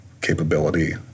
capability